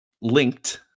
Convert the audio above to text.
linked